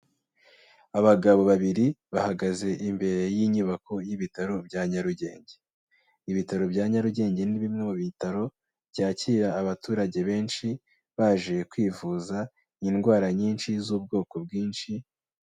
Abagabo babiri bahagaze imbere y'inyubako y'ibitaro bya Nyarugenge, ibitaro bya Nyarugenge ni bimwe mu bitaro byakira abaturage benshi, baje kwivuza indwara nyinshi z'ubwoko bwinshi.